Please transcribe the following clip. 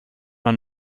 man